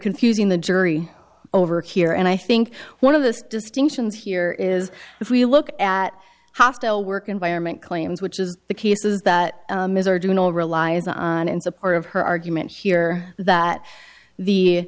confusing the jury over here and i think one of the distinctions here is if we look at hostile work environment claims which is the cases that ms are doing all relies on in support of her argument here that the